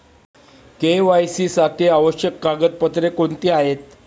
KYC साठी आवश्यक कागदपत्रे कोणती आहेत?